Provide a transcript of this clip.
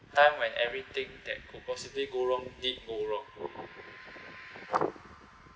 time when everything that could possibly go wrong did go wrong